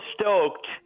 stoked